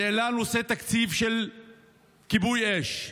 ועלה נושא התקציב של כיבוי אש.